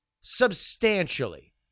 substantially